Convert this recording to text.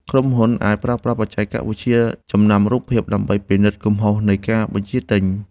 ក្រុមហ៊ុនអាចប្រើប្រាស់បច្ចេកវិទ្យាចំណាំរូបភាព ដើម្បីពិនិត្យកំហុសនៃការបញ្ជាទិញ។